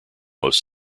most